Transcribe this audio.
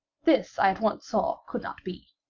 this i at once saw could not be.